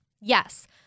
Yes